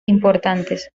importantes